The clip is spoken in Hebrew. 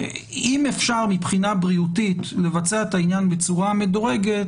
אם אפשר מבחינה בריאותית לבצע את העניין בצורה מדורגת,